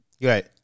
Right